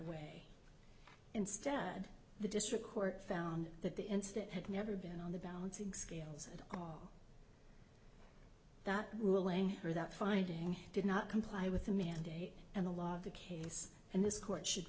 away instead the district court found that the incident had never been on the balancing scales at all not ruling or that finding did not comply with the mandate and a lot of the case in this court should